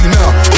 now